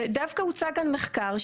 ודווקא הוצג כאן מחקר,